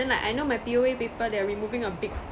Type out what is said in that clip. then like I know my P_O_A paper they are removing a big